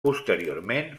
posteriorment